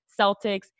Celtics